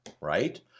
right